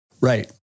Right